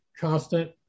constant